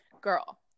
Girl